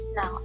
no